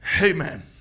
Amen